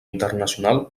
internacional